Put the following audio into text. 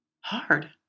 hard